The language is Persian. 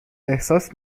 احساس